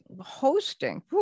hosting